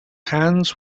hands